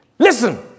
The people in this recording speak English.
Listen